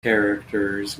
characters